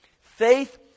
Faith